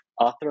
author